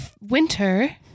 winter